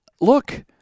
look